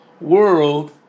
world